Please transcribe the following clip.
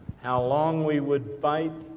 how long we would fight,